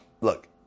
Look